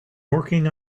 working